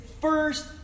first